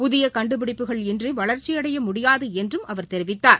புதிய கண்டுபிடிப்புகள் இன்றி வளர்ச்சியடைய முடியாது என்றும் அவர் தெரிவித்தார்